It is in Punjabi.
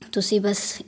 ਤੁਸੀਂ ਬਸ